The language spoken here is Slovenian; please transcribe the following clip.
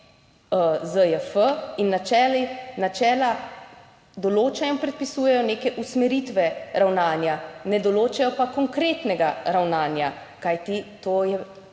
načeli, načela določajo in predpisujejo neke usmeritve ravnanja, ne določajo pa konkretnega ravnanja, kajti to je bila